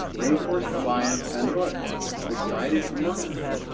rainforest alliance and utz decided to merge,